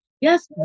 yes